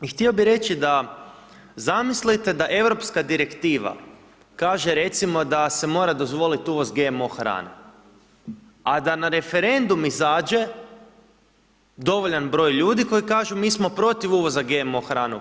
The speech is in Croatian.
I htio bi reći da, zamislite da Europska direktiva kaže recimo da se mora dozvolit uvoz GMO hrane, a da na referendum izađe dovoljan broj ljudi koji kažu, mi smo protiv uvoza GMO hrane u RH.